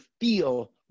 feel